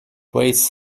weighs